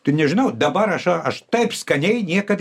tai nežinau dabar aš aš taip skaniai niekad